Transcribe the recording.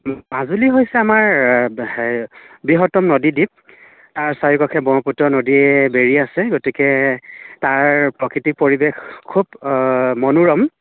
মাজুলী হৈছে আমাৰ বৃহৎতম নদীদ্বীপ তাৰ চাৰিওপাশে ব্ৰহ্মপুত্ৰ নদীয়ে বেৰি আছে গতিকে তাৰ প্ৰকৃতি পৰিৱেশ খুব মনোৰম